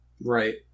Right